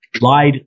lied